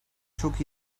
çok